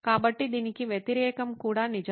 కాబట్టి దీనికి వ్యతిరేకం కూడా నిజం